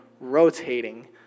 rotating